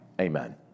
amen